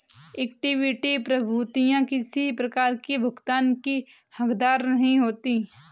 equity प्रभूतियाँ किसी प्रकार की भुगतान की हकदार नहीं होती